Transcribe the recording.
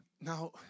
now